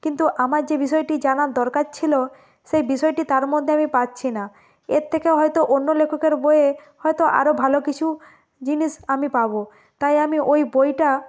কিন্তু আমার যে বিষয়টি জানার দরকার ছিল সেই বিষয়টি তার মধ্যে আমি পাচ্ছি না এর থেকে হয়তো অন্য লেখকের বইয়ে হয়তো আরও ভালো কিছু জিনিস আমি পাবো তাই আমি ওই বইটা